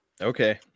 okay